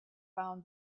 found